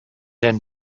denn